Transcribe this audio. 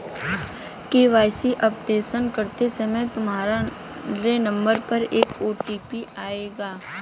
KYC update करते समय तुम्हारे नंबर पर एक ओ.टी.पी आएगा